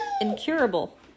incurable